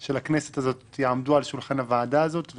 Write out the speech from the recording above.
של הכנסת הזאת יעמדו על שולחן הוועדה הזאת.